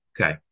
okay